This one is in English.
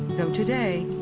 though, today,